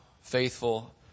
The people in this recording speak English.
faithful